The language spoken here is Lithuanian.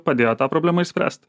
padėjo tą problemą išspręst